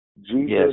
Jesus